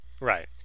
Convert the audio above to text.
Right